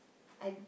I